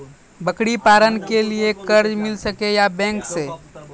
बकरी पालन के लिए कर्ज मिल सके या बैंक से?